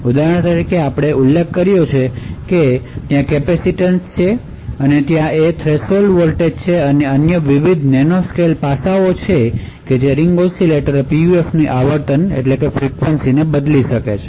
ઉદાહરણ તરીકે આપણે ઉલ્લેખ કર્યો છે કે ત્યાં કેપેસિટીન્સ છે ત્યાં છે કે થ્રેશોલ્ડ વોલ્ટેજ અને અન્ય વિવિધ નેનોસ્કેલ પાસાઓ જે રીંગ ઓસિલેટર PUFની આવર્તન ને બદલી શકે છે